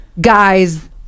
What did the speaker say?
guys